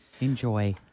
Enjoy